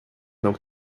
nog